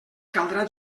caldrà